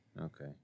Okay